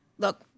Look